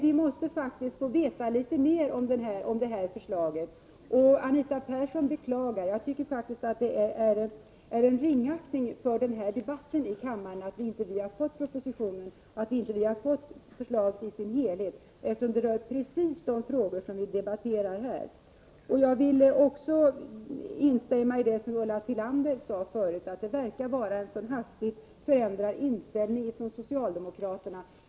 Vi måste faktiskt få veta litet mer om det här förslaget. Anita Persson beklagar att propositionen inte har kommit, och jag tycker att det visar ringaktning för debatten här i kammaren att vi inte har fått förslaget i dess helhet, eftersom det rör precis de frågor som vi debatterar här. Jag vill också instämma i vad Ulla Tillander sade förut, nämligen att det verkar vara en hastig förändring av inställningen hos socialdemokraterna.